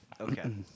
Okay